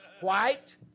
White